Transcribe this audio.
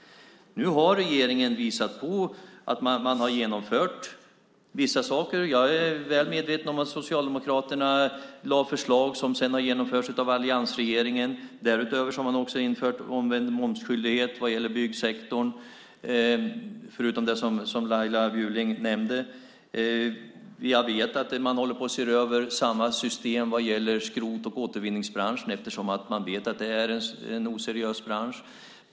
Nu har regeringen genomfört vissa saker. Jag är väl medveten om att Socialdemokraterna lade fram förslag som sedan har genomförts av alliansregeringen. Därutöver har man infört omvänd momsskyldighet vad gäller byggsektorn, förutom det som Laila Bjurling nämnde. Jag vet att man håller på att se över samma system vad gäller skrot och återvinningsbranschen, eftersom man vet att det är en oseriös bransch.